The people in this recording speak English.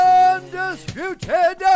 undisputed